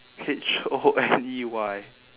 H O N E Y